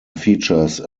features